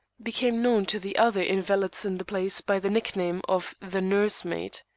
became known to the other invalids in the place by the nickname of the nursemaid.